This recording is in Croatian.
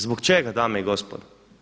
Zbog čega, dame i gospodo?